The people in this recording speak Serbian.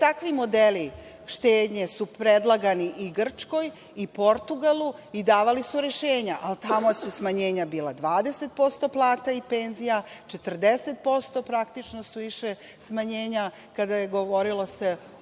Takvi modeli štednje su predlagani i Grčkoj, i Portugalu i davali su rešenja, ali tamo su smanjenja bila 20% plata i penzija, 40% praktično su išla smanjenja kada se govorilo o